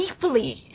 deeply